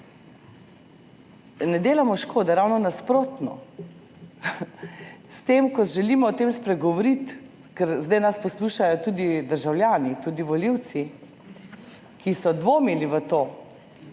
ne delamo škode, ravno nasprotno. S tem, ko želimo o tem spregovoriti, ker zdaj nas poslušajo tudi državljani, tudi volivci, ki so dvomili v to,